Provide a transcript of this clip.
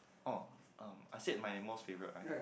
oh I said my most favourite right